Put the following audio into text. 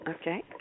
Okay